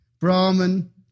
Brahman